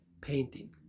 painting